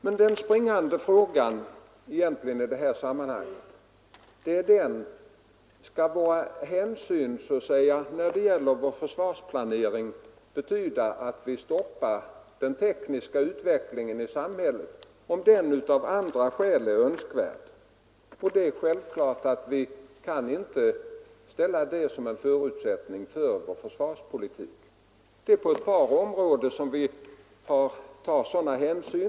Men den stora frågan i detta sammanhang är: Skall vi, när vi planerar vårt försvar, ta hänsyn som innebär att vi stoppar en teknisk utveckling i samhället som av andra skäl är önskvärd? Nej, självfallet kan vi inte uppställa sådana villkor för vår försvarspolitik. Det finns emellertid ett par områden där vi har tagit hänsyn av det här slaget.